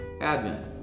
Advent